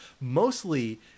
mostly